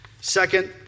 Second